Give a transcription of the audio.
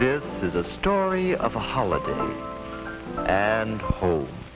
this is a story of a holiday and h